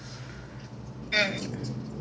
mm nice